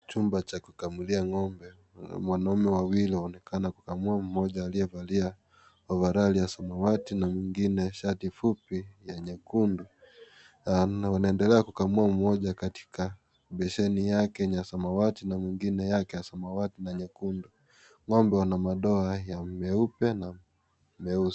Chumba cha kukamulia ng'ombe kuna wanaume wawili waonekana kukamua .Mmoja aliyevalia ovarali ya samawati na mwingine shati fupi ya nyekundu na wanaendelea kukamua mmoja katika besheni yake ni ya samawati na mwingine yake ya samawati na nyekundu, ng'ombe wana madoa ya meupe na meusi.